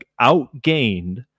outgained